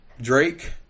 Drake